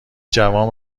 جوان